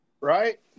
Right